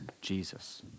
Jesus